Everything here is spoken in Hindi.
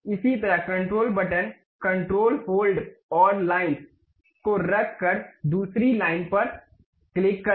इसी तरह कंट्रोल बटन कंट्रोल होल्ड और लाइन को रख कर दूसरी लाइन पर क्लिक करें